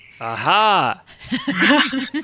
Aha